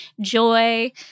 joy